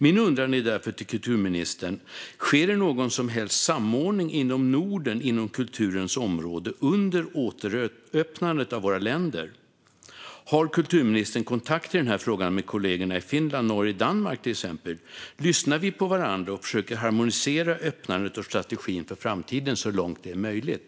Min undran är därför till kulturministern: Sker det någon som helst samordning inom Norden inom kulturens område under återöppnandet av våra länder? Har kulturministern kontakt i denna fråga med kollegorna i till exempel Finland, Norge och Danmark? Lyssnar vi på varandra och försöker harmonisera öppnandet och strategin för framtiden så långt det är möjligt?